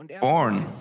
born